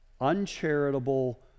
uncharitable